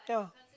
yeah